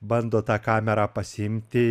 bando tą kamerą pasiimti